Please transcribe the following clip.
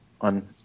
on